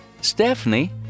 Stephanie